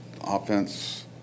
offense